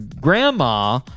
grandma